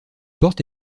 porte